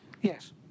Yes